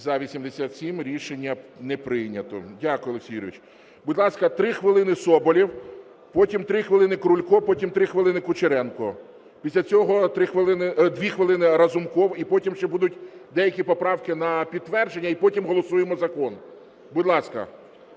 За-87 Рішення не прийнято. Дякую, Олексій Юрійович. Будь ласка, 3 хвилини – Соболєв, потім 3 хвилини – Крулько, потім 3 хвилини – Кучеренко. Після цього 2 хвилини – Разумков і потім ще будуть деякі поправки на підтвердження, і потім голосуємо закон. Будь ласка,